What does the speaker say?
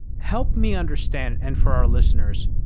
help me understand and for our listeners,